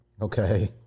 Okay